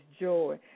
joy